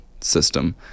system